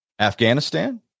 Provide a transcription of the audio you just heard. Afghanistan